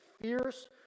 fierce